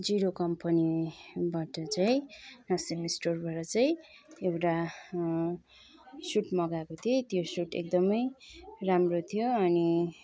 zero कम्पनीबाट चाहिँ नासिम स्टोरबाट चाहिँ एउटा सुट मगाएको थिएँ त्यो सुट एकदमै राम्रो थियो अनि